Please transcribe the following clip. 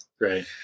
Right